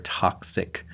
toxic